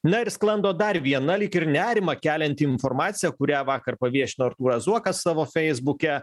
na ir sklando dar viena lyg ir nerimą kelianti informacija kurią vakar paviešino artūras zuokas savo feisbuke